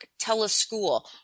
teleschool